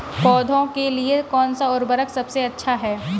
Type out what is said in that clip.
पौधों के लिए कौन सा उर्वरक सबसे अच्छा है?